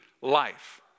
life